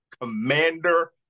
commander